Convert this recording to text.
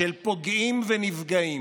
של פוגעים ונפגעים.